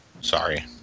Sorry